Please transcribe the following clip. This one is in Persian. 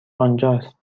آنجاست